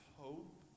hope